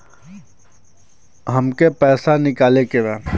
हमके पैसा निकाले के बा